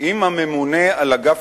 עם הממונה על אגף